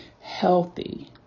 healthy